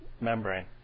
membrane